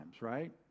right